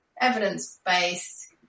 evidence-based